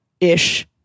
ish